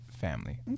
family